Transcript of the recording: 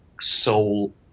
soul